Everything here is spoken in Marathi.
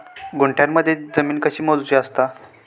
गुंठयामध्ये जमीन कशी मोजूची असता?